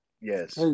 yes